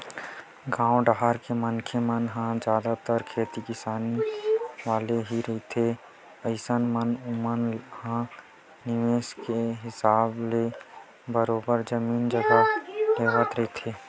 गाँव डाहर के मनखे मन ह जादतर खेती किसानी वाले ही रहिथे अइसन म ओमन ह निवेस के हिसाब ले बरोबर जमीन जघा लेवत रहिथे